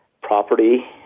property